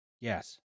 Yes